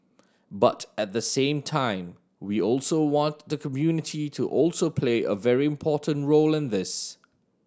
but at the same time we also want the community to also play a very important role in this